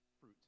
fruit